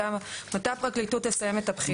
מתי הפרקליטות תסיים את הבחינה?